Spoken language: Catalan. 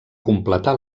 completar